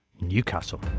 Newcastle